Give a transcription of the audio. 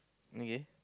okay